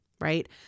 right